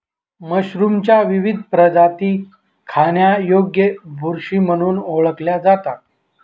मशरूमच्या विविध प्रजाती खाण्यायोग्य बुरशी म्हणून ओळखल्या जातात